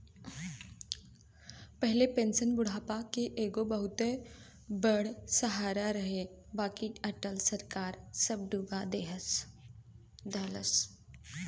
पहिले पेंशन बुढ़ापा के एगो बहुते बड़ सहारा रहे बाकि अटल सरकार सब डूबा देहलस